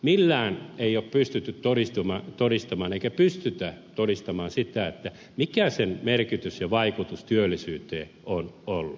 millään ei ole pystytty todistamaan eikä pystytä todistamaan sitä mikä sen merkitys ja vaikutus työllisyyteen on ollut